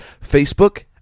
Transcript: Facebook